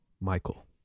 Michael